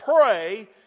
Pray